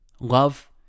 love